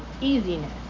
easiness